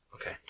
Okay